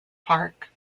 park